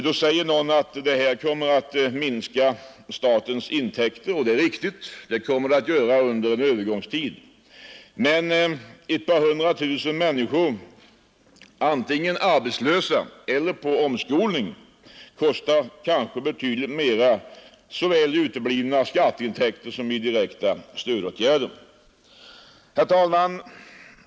Någon säger kanske att detta kommer att minska statsverkets intäkter, och det är riktigt att så blir fallet under en övergångstid. Men ett par hundra tusen människor, antingen arbetslösa eller på omskolning, kostar kanske betydligt mera såväl i uteblivna skatteintäkter som i direkta stödåtgärder. Fru talman!